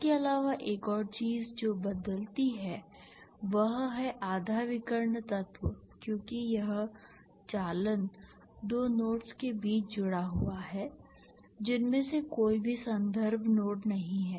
इसके अलावा एक और चीज जो बदलती है वह है आधा विकर्ण तत्व क्योंकि यह चालन दो नोड्स के बीच जुड़ा हुआ है जिनमें से कोई भी संदर्भ नोड नहीं है